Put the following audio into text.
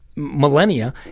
millennia